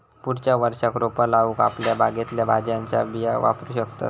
पुढच्या वर्षाक रोपा लाऊक आपल्या बागेतल्या भाज्यांच्या बिया वापरू शकतंस